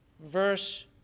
verse